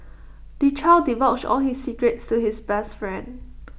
the child divulged all his secrets to his best friend